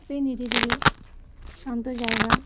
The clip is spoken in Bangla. হবেই নিরিবিলি শান্ত জায়গা